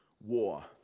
war